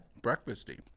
breakfasty